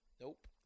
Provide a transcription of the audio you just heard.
Nope